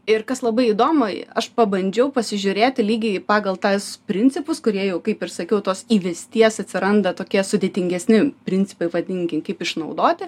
ir kas labai įdomiai aš pabandžiau pasižiūrėti lygiai pagal tas principus kurie jau kaip ir sakiau tos įvesties atsiranda tokie sudėtingesni principai vadinkim kaip išnaudoti